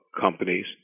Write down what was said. companies